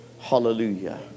Hallelujah